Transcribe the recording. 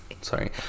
Sorry